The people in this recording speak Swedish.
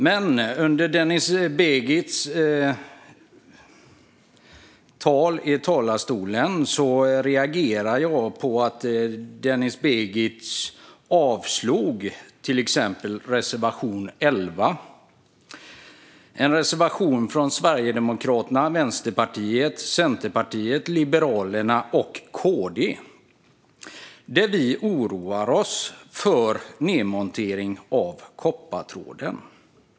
Men jag reagerade på att Denis Begic i sitt anförande yrkade avslag på reservation 11 från Sverigedemokraterna, Vänsterpartiet, Centerpartiet, Liberalerna och Kristdemokraterna där vi oroar oss för nedmonteringen av koppartråden.